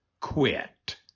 quit